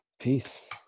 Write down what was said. Peace